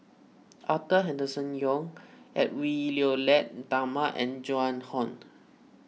Arthur Henderson Young Edwy Lyonet Talma and Joan Hon